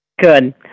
Good